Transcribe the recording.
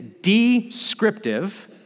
descriptive